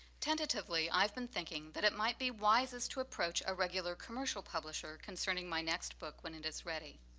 tentatively, i've been thinking that it might be wisest to approach a regular commercial publisher concerning my next book when it is ready.